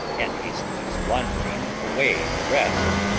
and hastily squandering away the rest,